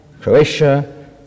Croatia